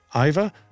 Iva